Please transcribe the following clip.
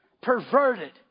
perverted